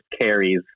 carries